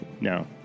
no